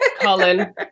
Colin